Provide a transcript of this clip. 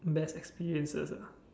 best experiences ah